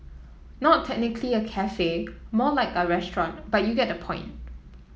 not technically a cafe more like a restaurant but you get the point